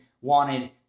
wanted